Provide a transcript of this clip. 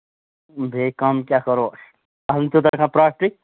بیٚیہِ کَم کیٛاہ کَرو أسۍ اَتھ منٛز چھُنہٕ آسان تیٛوٗتاہ پرٛافٹٕے